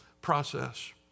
process